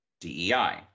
DEI